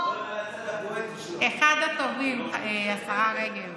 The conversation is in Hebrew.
אחד הטובים, השרה רגב.